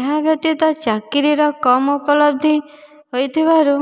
ଏହା ବ୍ୟତୀତ ଚାକିରିର କମ୍ ଉପଲବ୍ଧି ହୋଇଥିବାରୁ